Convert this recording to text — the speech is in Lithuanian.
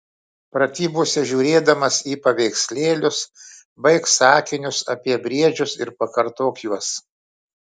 pratybose žiūrėdamas į paveikslėlius baik sakinius apie briedžius ir pakartok juos